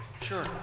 Sure